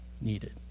needed